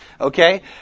Okay